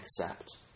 accept